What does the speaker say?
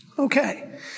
Okay